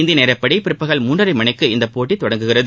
இந்திய நேரப்படி பிற்பகல் மூன்றரை மணிக்கு இப்போட்டி தொடங்குகிறது